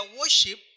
worship